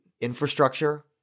infrastructure